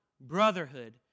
brotherhood